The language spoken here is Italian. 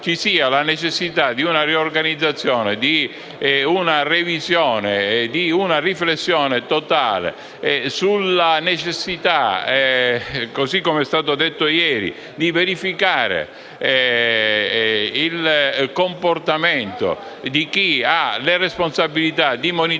ci sia la necessità di una riorganizzazione, di una revisione e di una riflessione totale sulla necessità - così come è stato detto ieri - di verificare il comportamento di chi ha le responsabilità di monitorare